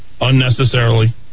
unnecessarily